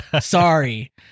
sorry